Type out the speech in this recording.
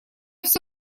все